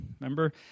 Remember